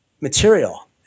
material